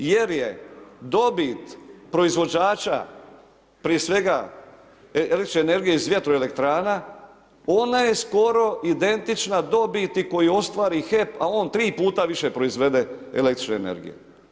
Jer je dobit proizvođača prije svega električne energije iz vjetroelektrana ona je skoro identična dobiti koju ostvari HEP a on tri puta više proizvede električne energije.